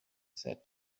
said